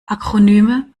akronyme